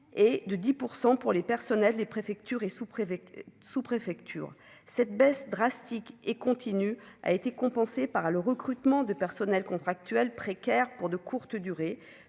et de 10 % pour les personnels des préfectures et sous-préfectures, sous-préfectures cette baisse drastique et continue a été compensé par le recrutement de personnels contractuels précaires pour de courtes durées,